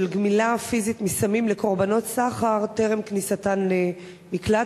גמילה פיזית מסמים לקורבנות סחר טרם כניסתן למקלט?